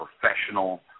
professional